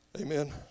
Amen